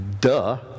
duh